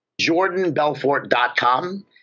jordanbelfort.com